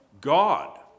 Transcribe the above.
God